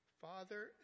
father